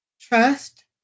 trust